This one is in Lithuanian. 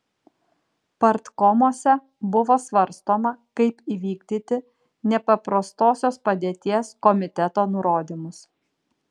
partkomuose buvo svarstoma kaip įvykdyti nepaprastosios padėties komiteto nurodymus